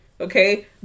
okay